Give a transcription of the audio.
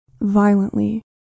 violently